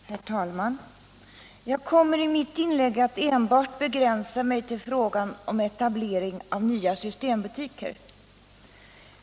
Herr talman! Jag kommer i mitt inlägg att begränsa mig till frågan om etablering av nya systembutiker.